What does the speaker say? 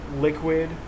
liquid